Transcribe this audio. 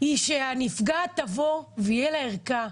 היא שהנפגעת תבוא ותהיה לה ערכה.